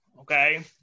Okay